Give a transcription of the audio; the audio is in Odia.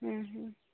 ହୁଁ